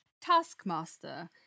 Taskmaster